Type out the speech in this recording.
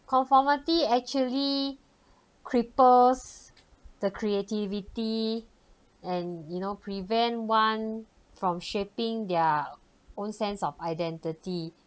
conformity actually cripples the creativity and you know prevent one from shaping their own sense of identity